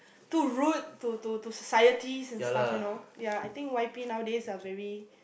too rude to to to society and stuff you know ya I think Y_P nowadays are very